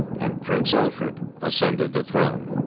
and prince alfred ascended the throne.